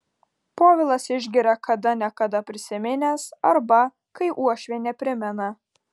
povilas išgeria kada ne kada prisiminęs arba kai uošvienė primena